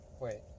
Wait